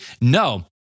no